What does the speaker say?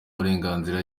burenganzira